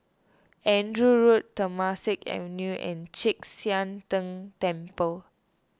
Andrew Road Temasek Avenue and Chek Sian Tng Temple